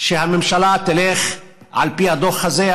שהממשלה תלך על פי הדוח הזה.